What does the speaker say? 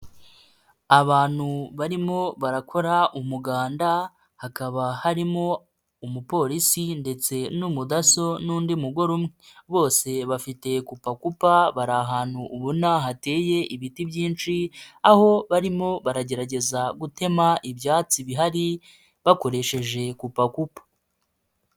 Abantu barimo barakora umuganda, hakaba harimo umupolisi ndetse n'umudaso n'undi mugore umwe. Bose bafite kupakupa, bari ahantu ubona hateye ibiti byinshi, aho barimo baragerageza gutema ibyatsi bihari, bakoresheje kupakupa.